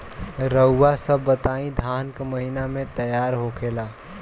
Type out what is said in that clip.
रउआ सभ बताई धान क महीना में तैयार होखेला?